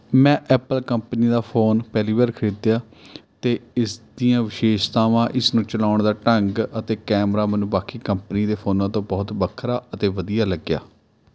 ਮੈਂ Apple company ਦਾ phone ਪਹਿਲੀ ਵਾਰ ਖਰੀਦਿਆ ਅਤੇ ਇਸ ਦੀਆਂ ਵਿਸ਼ੇਸ਼ਤਾਵਾਂ ਇਸਨੂੰ ਚਲਾਉਣ ਦਾ ਢੰਗ ਅਤੇ ਕੈਮਰਾ ਮੈਨੂੰ ਬਾਕੀ ਕੰਪਨੀ ਦੇ ਫ਼ੋਨਾਂ ਤੋਂ ਬਹੁਤ ਵੱਖਰਾ ਅਤੇ ਵਧੀਆ ਲੱਗਿਆ